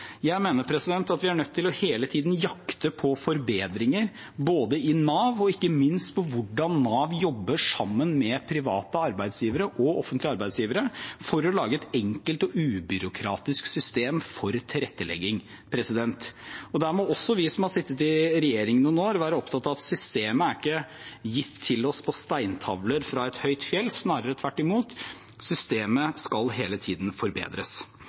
Jeg mener at vi er nødt til hele tiden å jakte på forbedringer, i Nav og ikke minst på hvordan Nav jobber sammen med private og offentlige arbeidsgivere for å lage et enkelt og ubyråkratisk system for tilrettelegging. Der må også vi som har sittet i regjering noen år, være opptatt av at systemet ikke er gitt til oss på steintavler fra et høyt fjell. Snarere tvert imot, systemet skal hele tiden forbedres.